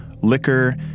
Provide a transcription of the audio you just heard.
liquor